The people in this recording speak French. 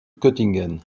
göttingen